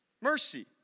Mercy